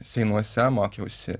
seinuose mokiausi